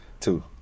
Two